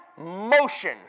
motion